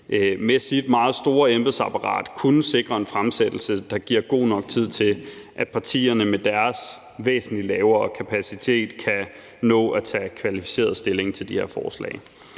med sit meget store embedsapparat kunne sikre en fremsættelse, der giver god nok tid til, at partierne med deres væsentlig lavere kapacitet kan nå at tage kvalificeret stilling til de her forslag.